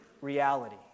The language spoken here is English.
reality